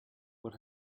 what